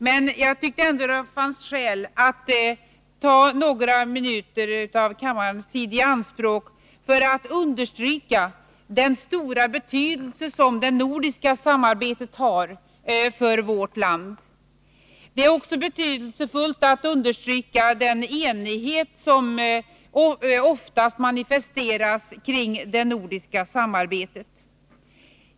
Men jag tyckte ändå att det fanns skäl att ta några minuter av kammarens tid i anspråk för att understryka den stora betydelse som det nordiska samarbetet har för vårt land. Det är också betydelsefullt att understryka den enighet som oftast manifesteras kring det nordiska samarbetet.